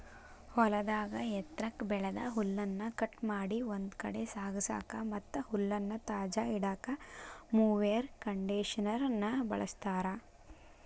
ಹೊಲದಾಗ ಎತ್ರಕ್ಕ್ ಬೆಳದ ಹುಲ್ಲನ್ನ ಕಟ್ ಮಾಡಿ ಒಂದ್ ಕಡೆ ಸಾಗಸಾಕ ಮತ್ತ್ ಹುಲ್ಲನ್ನ ತಾಜಾ ಇಡಾಕ ಮೊವೆರ್ ಕಂಡೇಷನರ್ ನ ಬಳಸ್ತಾರ